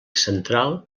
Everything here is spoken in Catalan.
central